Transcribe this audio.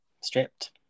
stripped